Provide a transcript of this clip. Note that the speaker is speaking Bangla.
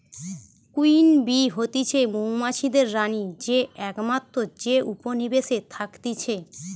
কুইন বী হতিছে মৌমাছিদের রানী যে একমাত্র যে উপনিবেশে থাকতিছে